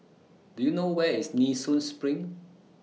Do YOU know Where IS Nee Soon SPRING